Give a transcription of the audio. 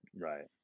Right